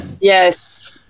Yes